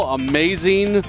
amazing